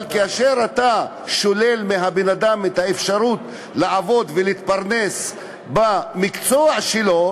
כאשר אתה שולל מבן-אדם את האפשרות לעבוד ולהתפרנס במקצוע שלו,